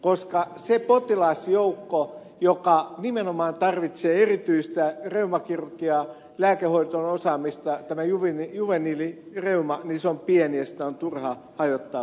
koska se potilasjoukko joka nimenomaan tarvitsee erityistä reumakirurgiaa lääkehoidon osaamista tämä juveniilia reumaa sairastavien joukko on pieni ja sitä on turha hajottaa kolmeen osaan